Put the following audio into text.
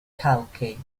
kalki